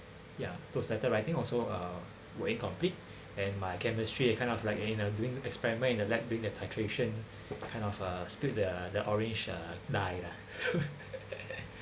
ya those letter writing also uh were incomplete and my chemistry I kind of like eh you know doing the experiment in the lab doing the titration kind of uh spilt the the orange uh dye lah